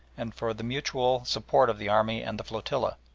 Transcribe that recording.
and for the mutual support of the army and the flotilla.